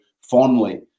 fondly